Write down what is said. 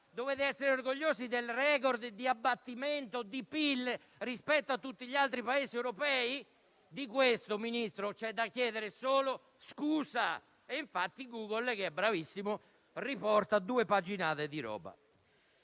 Dovete essere orgogliosi del *record* di abbattimento di PIL rispetto a tutti gli altri Paesi europei? Ministro, per questo c'è da chiedere solo scusa e, infatti, Google, che è bravissimo, riporta due pagine.